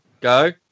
go